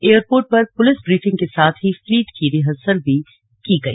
airport पर police briefing के साथ ही फ्लीट की रिहर्सल भी की गई